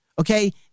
Okay